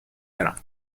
برم